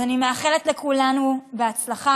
אז אני מאחלת לכולנו בהצלחה.